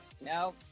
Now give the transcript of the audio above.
No